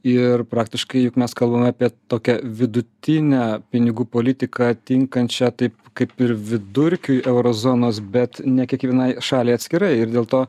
ir praktiškai juk mes kalbam apie tokią vidutinę pinigų politiką tinkančią taip kaip ir vidurkiui euro zonos bet ne kiekvienai šaliai atskirai ir dėl to